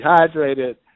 dehydrated